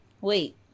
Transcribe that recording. Wait